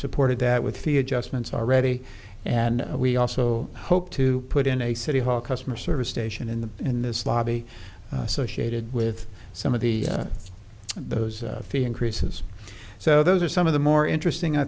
supported that with the adjustments already and we also hope to put in a city hall customer service station in the in this lobby associated with some of the those fee increases so those are some of the more interesting i